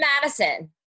Madison